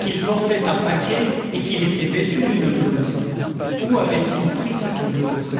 qu'il portait un paquet et qu'il était vêtu d'une blouse où avait-il pris cette blouse